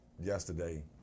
yesterday